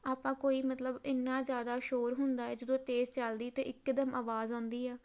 ਆਪਾਂ ਕੋਈ ਮਤਲਬ ਇੰਨਾ ਜ਼ਿਆਦਾ ਸ਼ੋਰ ਹੁੰਦਾ ਜਦੋਂ ਤੇਜ਼ ਚੱਲਦੀ ਤਾਂ ਇੱਕਦਮ ਆਵਾਜ਼ ਆਉਂਦੀ ਆ